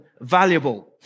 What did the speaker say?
valuable